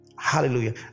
Hallelujah